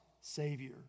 Savior